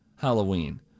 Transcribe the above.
Halloween